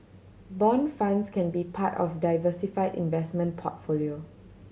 bond funds can be part of diversify investment portfolio